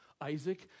Isaac